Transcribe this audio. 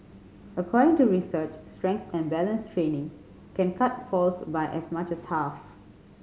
according to research strength and balance training can cut falls by as much as half